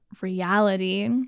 reality